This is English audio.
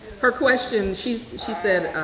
her question, she's she said,